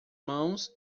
mãos